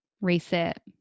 Reset